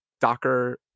docker